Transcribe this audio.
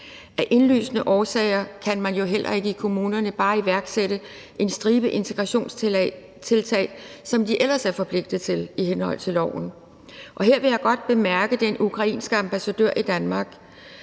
Af indlysende årsager kan man jo heller ikke i kommunerne bare iværksætte en stribe integrationstiltag, som de ellers er forpligtet til i henhold til loven. Og her vil jeg godt bemærke, at den ukrainske ambassadør i Danmark